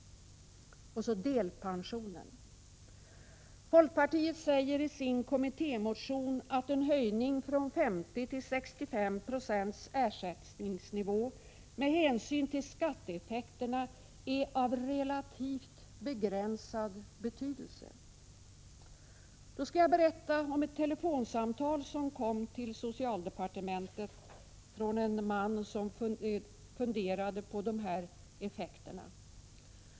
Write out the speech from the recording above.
Och så delpensionen. Folkpartiet säger i sin kommittémotion att en ökning från 50 till 65 96 ersättningsnivå, med hänsyn till skatteeffekterna, är av relativt begränsad betydelse. Låt mig då berätta om ett telefonsamtal som kom till socialdepartementet från en man som funderade kring de här marginalerna.